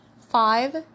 five